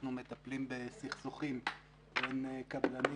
אנחנו מטפלים בסכסוכים בין קבלנים